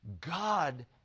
God